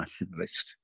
nationalist